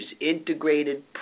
integrated